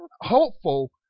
hopeful